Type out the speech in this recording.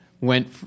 went